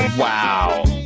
wow